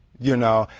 you know.